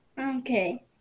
Okay